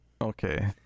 Okay